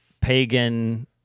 pagan